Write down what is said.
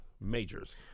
majors